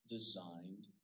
designed